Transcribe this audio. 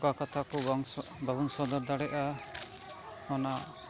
ᱚᱠᱟ ᱠᱟᱛᱷᱟ ᱠᱚ ᱵᱟᱵᱚᱱ ᱥᱚᱫᱚᱨ ᱫᱟᱲᱮᱜᱼᱟ ᱚᱱᱟ